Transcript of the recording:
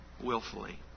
willfully